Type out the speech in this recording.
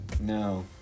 No